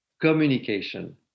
communication